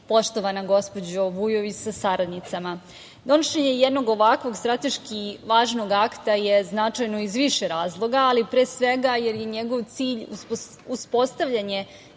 poštovana gospođo Vujović sa saradnicama, donošenje jednog ovakvog strateški važnog akta je značajno iz više razloga, ali pre svega, jer je i njegov cilj uspostavljanje